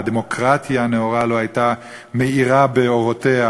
והדמוקרטיה הנאורה לא הייתה מאירה באורותיה